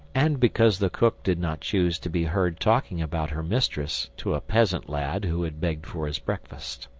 and because the cook did not choose to be heard talking about her mistress to a peasant lad who had begged for his breakfast.